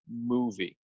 movie